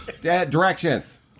Directions